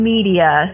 Media